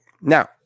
Now